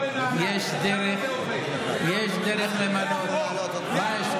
יש דרך למנות, זה החוק הזה, זה החוק.